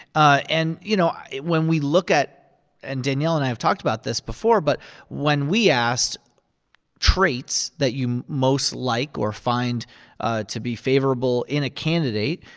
ah and, you know, when we look at and danielle and i have talked about this before, but when we asked traits that you most like or find to be favorable in a candidate,